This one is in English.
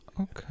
Okay